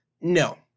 no